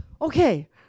Okay